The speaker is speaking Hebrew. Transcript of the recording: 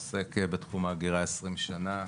עוסק בתחום ההגירה מזה 20 שנה,